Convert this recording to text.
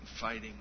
fighting